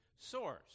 source